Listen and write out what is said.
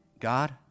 God